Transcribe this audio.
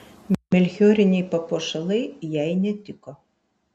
melchioriniai papuošalai jai netiko